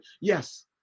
yes